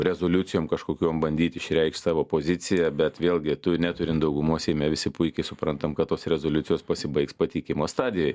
rezoliucijom kažkokiom bandyt išreikšt savo poziciją bet vėlgi tu ne daugumos seime visi puikiai suprantam kad tos rezoliucijos pasibaigs pateikimo stadijoj